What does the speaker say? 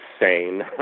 insane